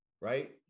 right